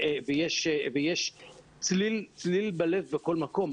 ויש צליל בלב בכל מקום.